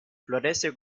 florece